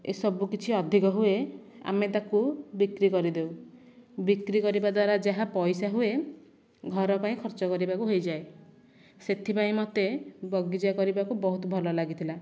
ଏ ସବୁକିଛି ଅଧିକ ହୁଏ ଆମେ ତାକୁ ବିକ୍ରି କରି ଦେଉ ବିକ୍ରି କରିବା ଦ୍ୱାରା ଯାହା ପଇସା ହୁଏ ଘର ପାଇଁ ଖର୍ଚ୍ଚ କରିବାକୁ ହୋଇଯାଏ ସେଥିପାଇଁ ମୋତେ ବଗିଚା କରିବାକୁ ବହୁତ ଭଲ ଲାଗିଥିଲା